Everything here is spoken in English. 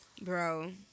Bro